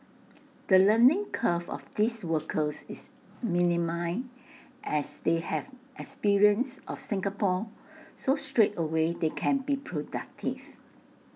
the learning curve of these workers is minimal as they have experience of Singapore so straightaway they can be productive